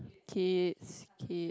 kids kid